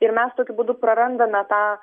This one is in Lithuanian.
ir mes tokiu būdu prarandame tą